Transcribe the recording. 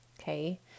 Okay